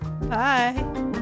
Bye